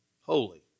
Holy